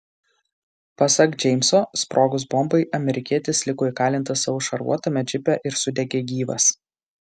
pasak džeimso sprogus bombai amerikietis liko įkalintas savo šarvuotame džipe ir sudegė gyvas